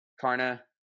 Karna